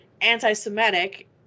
anti-Semitic